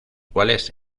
cuales